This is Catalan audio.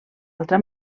altra